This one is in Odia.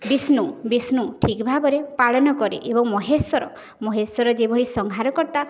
ବିଷ୍ଣୁ ବିଷ୍ଣୁ ଠିକ୍ ଭାବରେ ପାଳନ କରେ ଏବଂ ମହେଶ୍ୱର ମହେଶ୍ୱର ଯେଭଳି ସଂହାରକର୍ତ୍ତା